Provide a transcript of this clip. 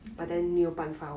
mmhmm